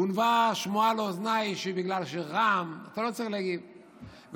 גונבה שמועה לאוזניי שבגלל שרע"מ אולי